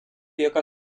яка